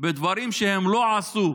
בדברים שהם לא עשו,